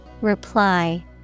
Reply